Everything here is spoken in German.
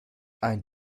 ein